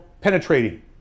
penetrating